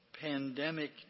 pandemic